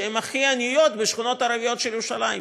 שהן הכי עניות בשכונות הערביות של ירושלים.